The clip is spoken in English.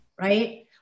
right